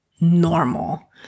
normal